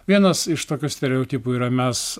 vienas iš tokių stereotipų yra mes